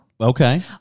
Okay